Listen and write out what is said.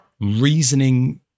reasoning-